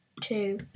two